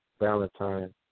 Valentine